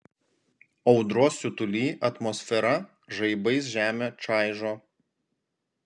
audros siutuly atmosfera žaibais žemę čaižo